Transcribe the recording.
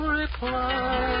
reply